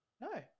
No